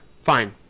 Fine